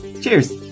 cheers